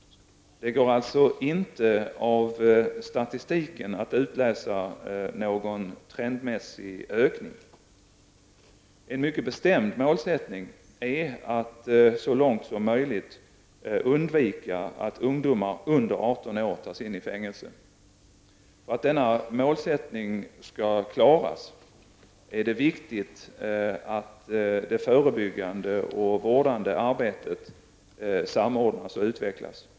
Det går alltså inte av statistiken att utläsa någon trendmässig ökning. En mycket bestämd målsättning är att så långt möjligt undvika att ungdomar under 18 år tas in i fängelse. För att denna målsättning skall klaras är det viktigt att det förebyggande och vårdande arbetet samordnas och utvecklas.